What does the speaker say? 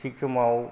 थिग समाव